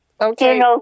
Okay